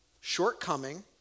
shortcoming